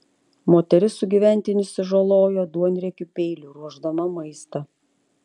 moteris sugyventinį sužalojo duonriekiu peiliu ruošdama maistą